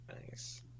Nice